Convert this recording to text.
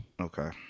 Okay